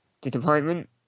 disappointment